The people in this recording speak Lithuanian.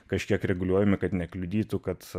kažkiek reguliuojami kad nekliudytų kad